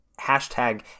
hashtag